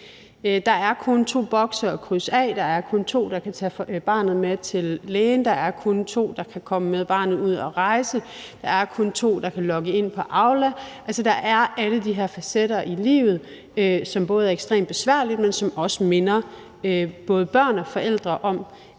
Der er kun to bokse at krydse af. Der er kun to, der kan tage barnet med til lægen; der er kun to, der kan komme med barnet ud at rejse; der er kun to, der kan logge ind på Aula. Der er alle de her facetter i livet, som både er ekstremt besværlige, men som også minder både børn og forældre om,